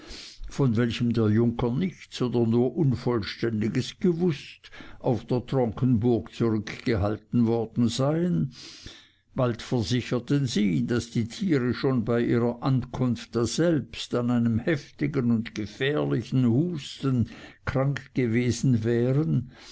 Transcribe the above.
von welchem der junker nichts oder nur unvollständiges gewußt auf der tronkenburg zurückgehalten worden seien bald versicherten sie daß die tiere schon bei ihrer ankunft daselbst an einem heftigen und gefährlichen husten krank gewesen wären